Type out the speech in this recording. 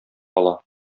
ала